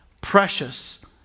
precious